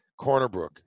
Cornerbrook